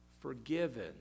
forgiven